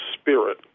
spirit